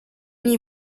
n’y